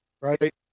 right